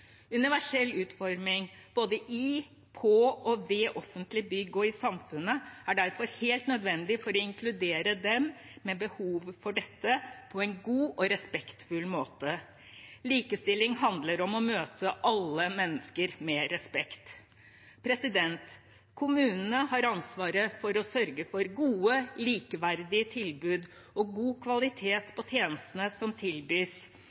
Universell utforming, både i, på og ved offentlige bygg og i samfunnet, er derfor helt nødvendig for å inkludere dem med behov for dette på en god og respektfull måte. Likestilling handler om å møte alle mennesker med respekt. Kommunene har ansvaret for å sørge for gode, likeverdige tilbud og god kvalitet på tjenestene som tilbys